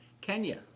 Kenya